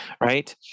right